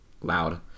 loud